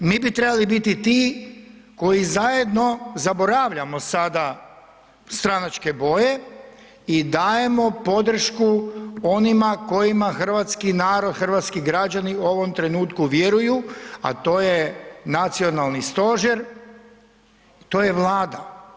Mi bi trebali biti ti koji zajedno zaboravljamo sada stranačke boje i dajemo podršku onima kojima hrvatski narod, hrvatski građani u ovom trenutku vjeruju, a to je Nacionalni stožer, to je Vlada.